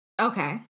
okay